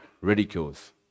ridicules